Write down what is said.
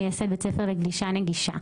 מייסד בית ספר לגלישה נגישה.